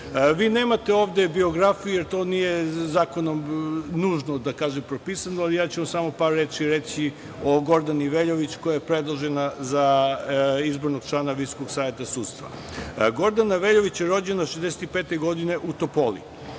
nemate ovde biografije, to nije zakonom nužno propisano, ali ja ću vam samo par reči reći o Gordani Veljović, koja je predložena za izbornog člana VSS. Gordana Veljović je rođena 1965. godine u Topoli.